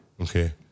Okay